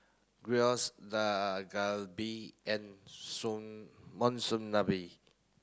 Gyros Dak Galbi and Monsunabe